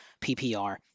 PPR